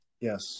Yes